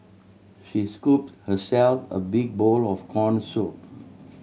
she scooped herself a big bowl of corn soup